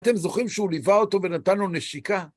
אתם זוכרים שהוא ליווה אותו ונתן לו נשיקה?